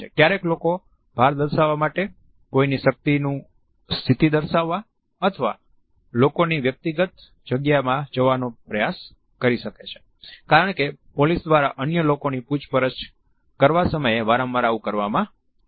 કયારેક લોકો ભાર દર્શાવવા માટે કોઈની શક્તિની સ્થિતિ દર્શાવવા અન્ય લોકોની વ્યક્તિગત જગ્યામાં જવાનો પ્રયાસ કરી શકે છે કારણ કે પોલીસ દ્વારા અન્ય લોકોની પૂછપરછ કરવા સમયે વારંવાર આવું કરવામાં આવે છે